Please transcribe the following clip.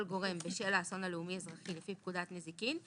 גורם בשל האסון הלאומי אזרחי לפי פקודת נזיקין,